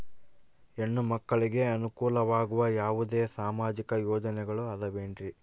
ಹೆಣ್ಣು ಮಕ್ಕಳಿಗೆ ಅನುಕೂಲವಾಗುವ ಯಾವುದೇ ಸಾಮಾಜಿಕ ಯೋಜನೆಗಳು ಅದವೇನ್ರಿ?